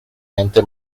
mente